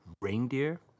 reindeer